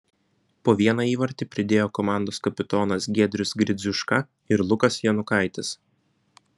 po vieną įvartį pridėjo komandos kapitonas giedrius gridziuška ir lukas janukaitis